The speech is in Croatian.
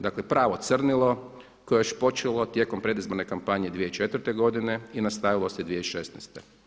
Dakle pravo crnilo koje je još počelo tijekom predizborne kampanje 2014. godine i nastavilo se 2016.